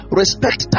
respect